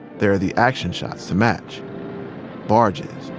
there are the action shots to match barges,